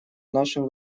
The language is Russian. нашим